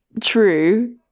True